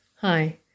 Hi